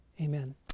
Amen